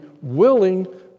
willing